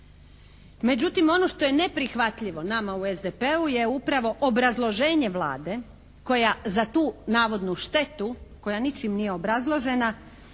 Međutim, ono što je neprihvatljivo nama u SDP-u je upravo obrazloženje Vlade koja za tu navodnu štetu koja ničim nije obrazložena